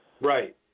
Right